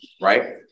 right